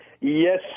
Yes